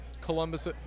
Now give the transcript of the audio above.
Columbus –